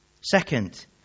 Second